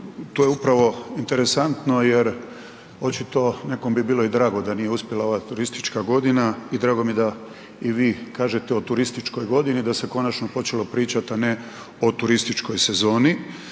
to je upravo interesantno jer očito nekom bi bilo i drago da nije uspjela ova turistička godina i drago mi je da i vi kažete o turističkoj godini da se konačno počelo pričati a ne o turističkoj sezoni.